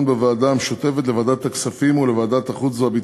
בוועדה משותפת לוועדת הכספים ולוועדת החוץ והביטחון.